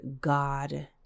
God